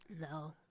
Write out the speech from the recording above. No